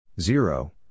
zero